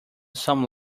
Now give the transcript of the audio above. some